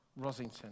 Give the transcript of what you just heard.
Rosington